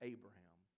Abraham